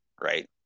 right